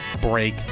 break